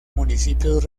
municipios